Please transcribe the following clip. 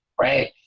right